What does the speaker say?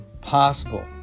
possible